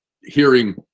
hearing